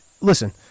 listen